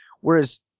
whereas